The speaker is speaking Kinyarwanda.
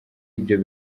ibyo